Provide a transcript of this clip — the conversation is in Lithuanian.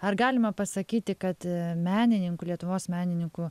ar galima pasakyti kad menininkų lietuvos menininkų